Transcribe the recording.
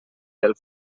del